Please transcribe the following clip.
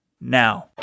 Now